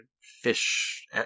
fish